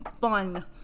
fun